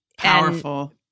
Powerful